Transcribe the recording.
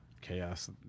chaos